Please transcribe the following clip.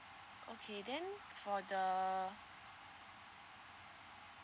okay then for the